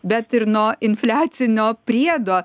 bet ir nuo infliacinio priedo